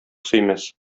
сөймәс